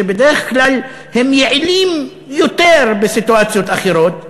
שבדרך כלל הם יעילים יותר בסיטואציות אחרות,